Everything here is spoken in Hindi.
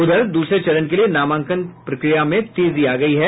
उधर दूसरे चरण के लिए नामांकन प्रक्रिया में तेजी आ गयी है